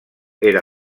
era